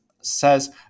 says